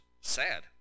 sad